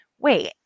wait